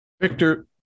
Victor